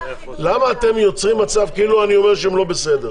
למה אתם יוצרים מצב כאילו אני אומר שהם לא בסדר?